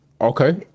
Okay